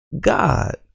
God